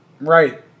Right